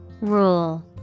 Rule